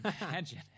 imagine